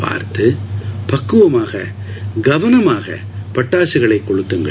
பார்த்து பக்குவமாக கவனமாக பட்டாசுகளை கொளுத்துங்கள்